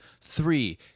Three